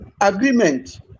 agreement